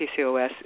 PCOS